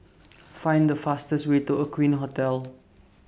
Find The fastest Way to Aqueen Hotel